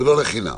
ולא לחינם.